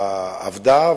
עבדה,